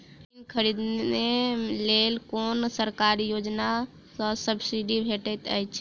Machine खरीदे लेल कुन सरकारी योजना सऽ सब्सिडी भेटैत अछि?